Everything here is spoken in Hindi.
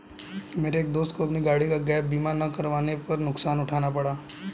मेरे एक दोस्त को अपनी गाड़ी का गैप बीमा ना करवाने पर नुकसान उठाना पड़ा